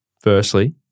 Firstly